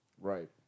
Right